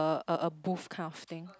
a a booth kind of thing